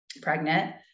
pregnant